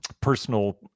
personal